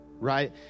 Right